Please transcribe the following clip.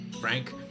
Frank